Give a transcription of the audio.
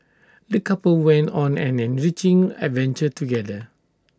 the couple went on an enriching adventure together